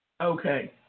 Okay